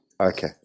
Okay